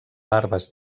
larves